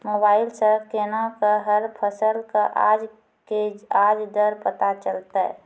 Mobile सऽ केना कऽ हर फसल कऽ आज के आज दर पता चलतै?